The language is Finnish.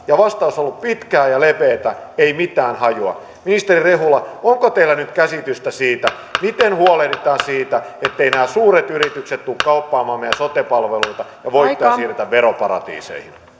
ja vastaus on ollut pitkä ja leveä ei mitään hajua ministeri rehula onko teillä nyt käsitystä siitä miten huolehditaan siitä etteivät nämä suuret yritykset tule kauppaamaan meidän sote palveluita ja ettei voittoja siirretä veroparatiiseihin